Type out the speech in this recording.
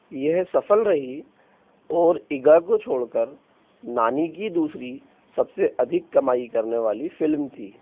यह सफल रही और इगा को छोड़कर नानी की दूसरी सबसे अधिक कमाई करने वाली फिल्म थी